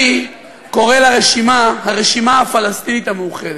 אני קורא לרשימה "הרשימה הפלסטינית המאוחדת",